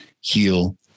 heal